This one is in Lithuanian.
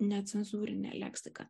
necenzūrinė leksika